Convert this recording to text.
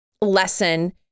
lesson